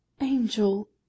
Angel